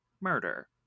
murder